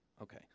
Okay